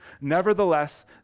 Nevertheless